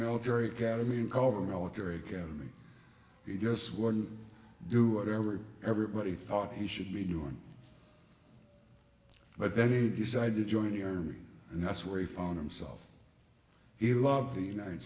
military academy in culver military academy he just wouldn't do whatever everybody thought he should be you on but then he decided to join your army and that's where he found himself he loved the united